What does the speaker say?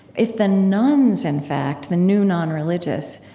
if the nones, in fact, the new non-religious,